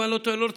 אם אני לא טועה,